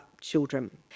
children